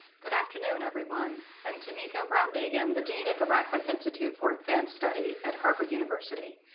good afternoon, everyone. i'm tomiko brown-nagin, the dean of the radcliffe institute for advanced study at harvard university.